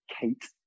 Kate